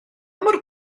mor